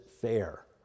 fair